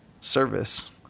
service